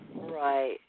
Right